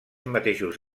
mateixos